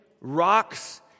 rocks